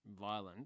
violent